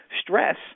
stress